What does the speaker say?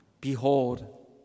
Behold